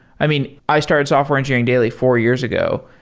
i mean, i started software engineering daily four years ago,